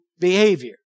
behavior